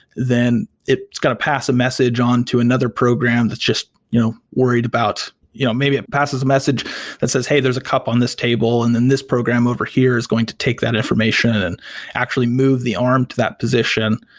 then it's got to pass a passive message on to another program that's just you know worried about you know maybe it passes a message that says, hey, there's a cup on this table, and then this program over here is going to take that information and actually move the arm to that position.